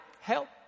help